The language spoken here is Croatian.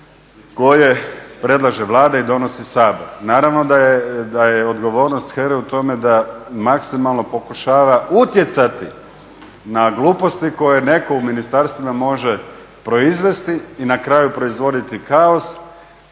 koje predlaže Vlada i donosi Sabor. Naravno da je odgovornost HERA-e u tome da maksimalno pokušava utjecati na gluposti koje netko u ministarstvima može proizvesti i na kraju proizvoditi kaos